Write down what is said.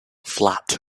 flat